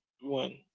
one